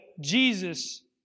Jesus